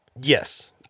Yes